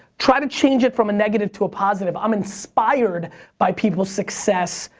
try to change it from a negative to a positive. i'm inspired by people's success,